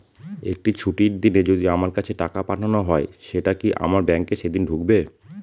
একটি ছুটির দিনে যদি আমার কাছে টাকা পাঠানো হয় সেটা কি আমার ব্যাংকে সেইদিন ঢুকবে?